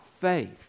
faith